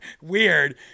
weird